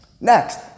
Next